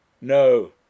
No